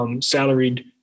salaried